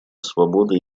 свободы